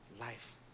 life